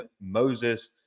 Moses